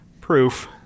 proof